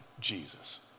Jesus